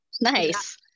Nice